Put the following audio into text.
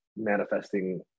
manifesting